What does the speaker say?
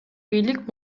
бийлик